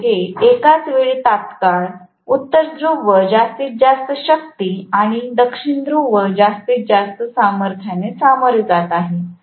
हे दोघे एकाच वेळी तत्काळ उत्तर ध्रुव जास्तीत जास्त शक्ती आणि दक्षिण ध्रुव जास्तीत जास्त सामर्थ्याने सामोरे जात आहेत